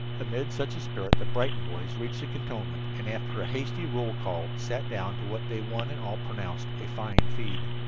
amid such a spirit the brighton boys reached the cantonment and after a hasty roll-call sat down to what they one and all pronounced a fine feed.